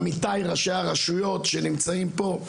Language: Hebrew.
עמיתי ראשי הרשויות שנמצאים פה,